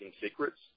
Secrets